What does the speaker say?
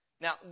Now